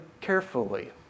carefully